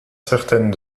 certaines